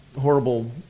horrible